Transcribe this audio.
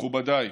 מכובדיי,